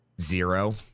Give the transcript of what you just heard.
zero